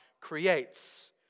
creates